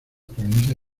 provincia